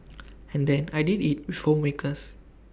and then I did IT with homemakers